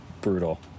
brutal